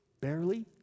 barely